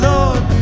Lord